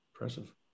impressive